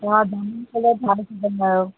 तव्हां जामुनी कलर पाए सघंदा आहियो